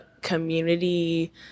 community